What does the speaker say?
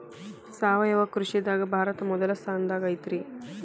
ಸಾವಯವ ಕೃಷಿದಾಗ ಭಾರತ ಮೊದಲ ಸ್ಥಾನದಾಗ ಐತ್ರಿ